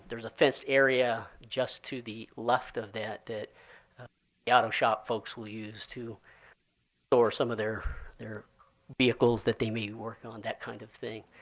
there's a fenced area just to the left of that the yeah auto shop folks will use to store some of their their vehicles that they may be working on, that kind of thing.